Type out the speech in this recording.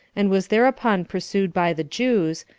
and was thereupon pursued by the jews,